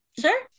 Sure